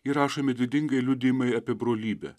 įrašomi didingai liudijimai apie brolybę